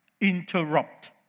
interrupt